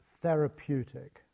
therapeutic